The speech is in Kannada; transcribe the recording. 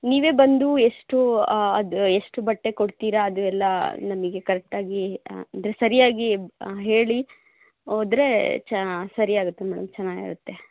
ನೀವೇ ಬಂದು ಎಷ್ಟು ಅದು ಎಷ್ಟು ಬಟ್ಟೆ ಕೊಡ್ತೀರ ಅದು ಎಲ್ಲ ನಮಗೆ ಕರೆಕ್ಟಾಗಿ ಅಂದರೆ ಸರಿಯಾಗಿ ಹೇಳಿ ಹೋದ್ರೆ ಚ ಸರ್ಯಾಗುತ್ತೆ ಮೇಡಂ ಚೆನ್ನಾಗಿ ಇರತ್ತೆ